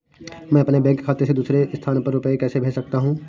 मैं अपने बैंक खाते से दूसरे स्थान पर रुपए कैसे भेज सकता हूँ?